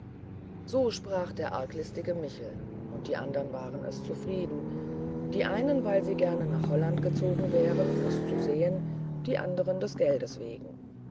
so sprach der arglistige michel und die andern waren es zufrieden die einen weil sie gerne nach holland gezogen wären es zu sehen die andern des geldes wegen